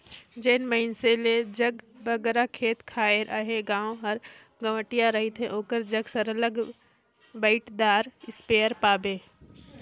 जेन मइनसे जग बगरा खेत खाएर अहे गाँव कर गंवटिया रहथे ओकर जग सरलग बइटरीदार इस्पेयर पाबे